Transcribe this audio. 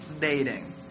dating